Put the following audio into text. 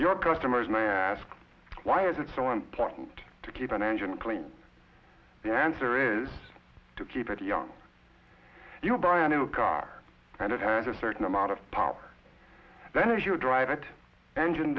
your customers may ask why is it so important to keep an engine clean the answer is to keep it young you buy a new car and it has a certain amount of power then as you drive it engine